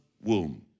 womb